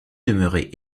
demeurer